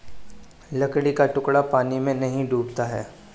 लकड़ी का टुकड़ा पानी में नहीं डूबता है